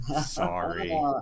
Sorry